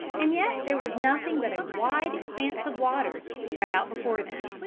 and yet there was nothing but a wide expanse of waters spread out before them.